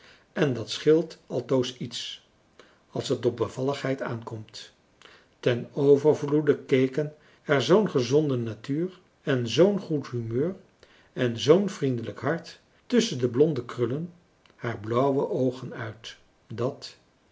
en dat scheelt alfrançois haverschmidt familie en kennissen toos iets als het op bevalligheid aankomt ten overvloede keken er zoo'n gezonde natuur en zoo'n goed humeur en zoo'n vriendelijk hart tusschen de blonde krullen haar blauwe oogen uit dat